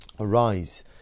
Arise